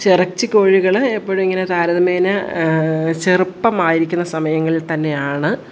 ഇറച്ചി കോഴികൾ എപ്പോഴും ഇങ്ങനെ താരതമ്യേന ചെറുപ്പമായിരിക്കുന്ന സമയങ്ങളിൽ തന്നെയാണ്